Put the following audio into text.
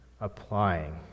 applying